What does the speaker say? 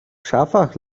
szafach